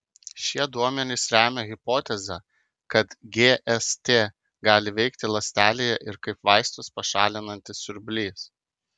šie duomenys remia hipotezę kad gst gali veikti ląstelėje ir kaip vaistus pašalinantis siurblys